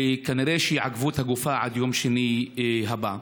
וכנראה שיעכבו את הגופה עד יום שני הבא.